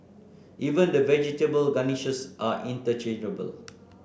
even the vegetable garnishes are interchangeable